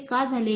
असे का झाले